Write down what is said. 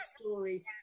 story